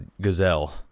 gazelle